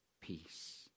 peace